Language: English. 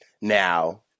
Now